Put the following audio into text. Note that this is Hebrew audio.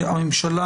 בממשלה.